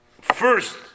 first